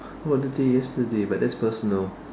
what you did yesterday but that's personal